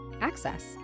access